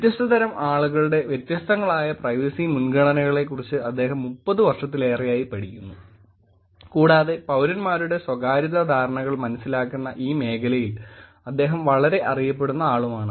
വ്യത്യസ്തതരം ആളുകളുടെ വ്യത്യസ്തങ്ങളായ പ്രൈവസി മുൻഗണനകളെക്കുറിച്ച് അദ്ദേഹം 30 വർഷത്തിലേറെയായി പഠിക്കുന്നു കൂടാതെ പൌരന്മാരുടെ സ്വകാര്യതാ ധാരണകൾ മനസ്സിലാക്കുന്ന ഈ മേഖലയിൽ അദ്ദേഹം വളരെ അറിയപ്പെടുന്ന ആളുമാണ്